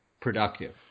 productive